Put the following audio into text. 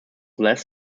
less